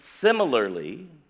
similarly